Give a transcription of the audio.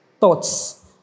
thoughts